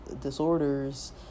disorders